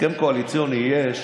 הסכם קואליציוני יש